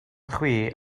chwi